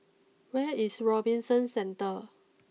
where is Robinson Centre